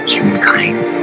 Humankind